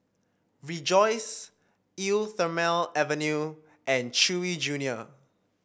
Rejoice Eau Thermale Avene and Chewy Junior